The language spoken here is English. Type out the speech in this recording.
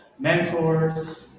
mentors